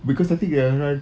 because I think tehran